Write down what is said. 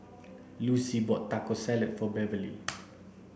Lucie bought Taco Salad for Beverley